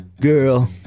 girl